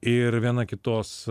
ir viena kitos